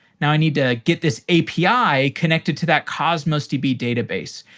now, i need to get this api connected to that cosmos db database,